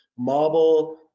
marble